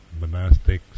monastics